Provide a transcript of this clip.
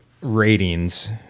ratings